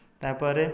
ତା'ପରେ